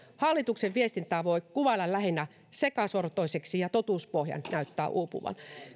hallituksen viestintää voi kuvailla lähinnä sekasortoiseksi ja totuuspohja näyttää uupuvan